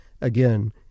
again